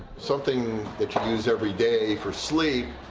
something that you use every day for sleep,